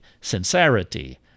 sincerity